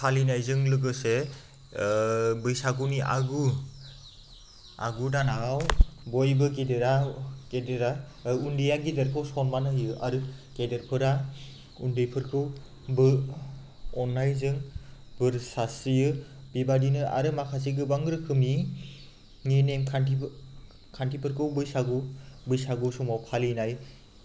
फालिनायजों लोगोसे बैसागुनि आगु आगु दानाव बयबो गिदिरा गिदिरा उन्दैया गेदेरखौ सन्मान होयो आरो गेदेरफोरा उन्दैफोरखौबो अननायजों बोर सारस्रियो बेबादिनो आरो माखासे गोबां रोखोमनि नेमखान्थि खान्थिफोरखौ बैसागु बैसागु समाव फालिनायनि